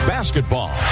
Basketball